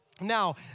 Now